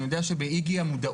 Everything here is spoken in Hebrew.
אני יודע שבאיג"י זה קיים.